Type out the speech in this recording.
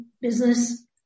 business